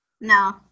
No